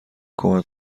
کمک